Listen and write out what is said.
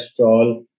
cholesterol